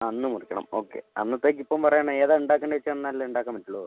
അന്ന് മുറിക്കണം ഓക്കെ അന്നത്തേക്ക് ഇപ്പം പറയണം ഏതാ ഉണ്ടാക്കേണ്ടതെന്ന് വച്ചാലല്ലേ ഉണ്ടാക്കാൻ പറ്റുകയുള്ളൂ